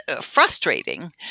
frustrating